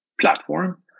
platform